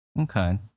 Okay